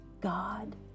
God